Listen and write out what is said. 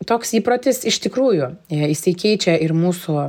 toks įprotis iš tikrųjų jisai keičia ir mūsų